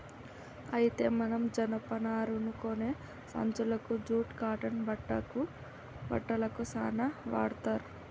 అయితే మనం జనపనారను గోనే సంచులకు జూట్ కాటన్ బట్టలకు సాన వాడ్తర్